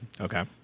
Okay